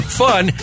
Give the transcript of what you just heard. fun